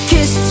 Kiss